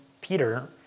Peter